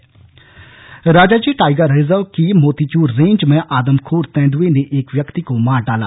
आदमखोर तेंद्आ Rajaji tiger reserve की Motichur range में आदमखोर तेंदुए ने एक व्यक्ति को मार ड़ाला